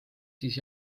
siis